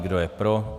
Kdo je pro?